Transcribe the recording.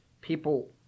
people